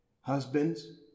Husbands